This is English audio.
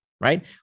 right